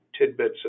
tidbits